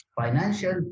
Financial